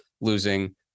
Losing